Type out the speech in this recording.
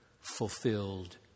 fulfilled